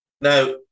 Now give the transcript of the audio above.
Now